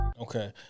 Okay